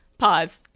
pause